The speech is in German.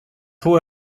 hohe